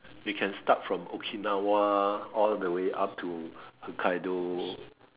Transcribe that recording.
we can start from Okinawa all the way up to Hokkaido